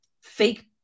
fake